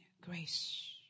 grace